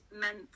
meant